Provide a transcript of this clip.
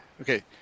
okay